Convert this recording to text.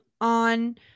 on